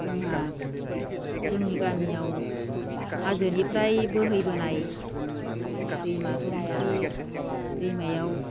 जोंहा जोंनि गामियाव हाजोनिफ्राय बोहैबोनाय दैमा दं बे दैमायाव